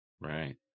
Right